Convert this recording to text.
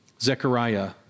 Zechariah